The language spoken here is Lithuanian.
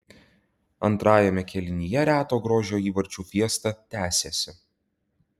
antrajame kėlinyje reto grožio įvarčių fiesta tęsėsi